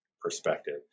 perspective